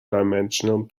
dimensional